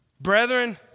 Brethren